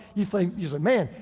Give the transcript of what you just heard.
you think he's a man.